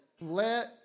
Let